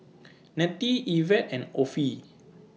Nettie Evette and Offie